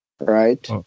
right